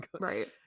Right